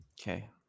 Okay